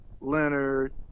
leonard